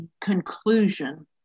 conclusion